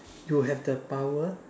you will have the power